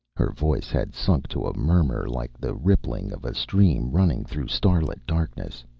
her voice had sunk to a murmur like the rippling of a stream running through starlit darkness.